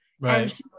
Right